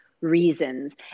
reasons